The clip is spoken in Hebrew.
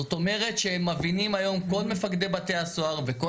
זאת אומרת שמבינים היום כל מפקדי בתי הסוהר וכל